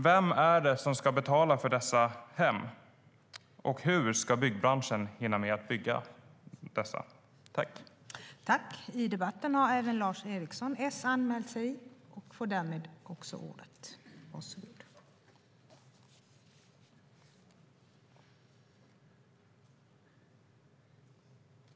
Vem är det som ska betala för dessa hem, och hur ska byggbranschen hinna med att bygga dessa hem?